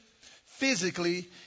physically